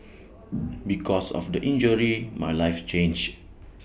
because of the injury my life changed